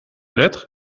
lettre